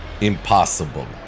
Impossible